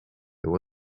there